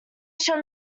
shall